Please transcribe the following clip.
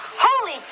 Holy